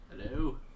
Hello